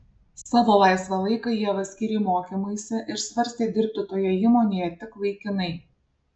savo laisvą laiką ieva skyrė mokymuisi ir svarstė dirbti toje įmonėje tik laikinai